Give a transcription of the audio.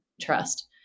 trust